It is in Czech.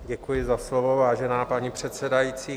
Děkuji za slovo, vážená paní předsedající.